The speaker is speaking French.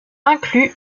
incluent